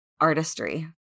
artistry